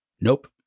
Nope